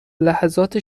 لحظات